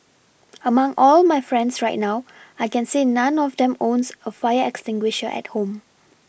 among all my friends right now I can say none of them owns a fire extinguisher at home